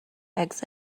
exit